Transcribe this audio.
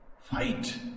Fight